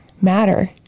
matter